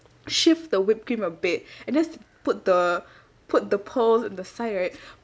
shift the whipped cream a bit and just put the put the pearls in the side right